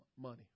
money